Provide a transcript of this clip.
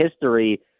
history